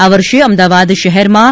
આ વર્ષે અમદાવાદ શહેરમાં રૂ